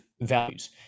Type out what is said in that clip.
values